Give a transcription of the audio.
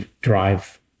drive